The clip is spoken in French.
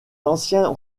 anciens